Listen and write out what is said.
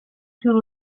più